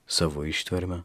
savo ištverme